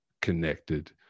connected